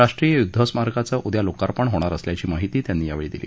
राष्ट्रीय युद्ध स्मारकाचं उद्या लोकार्पण होणार असल्याची माहिती त्यांनी यावेळी दिली